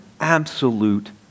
absolute